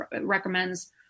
recommends